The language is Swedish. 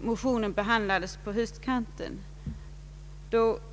Motionen behandlades på höstkanten.